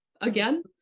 again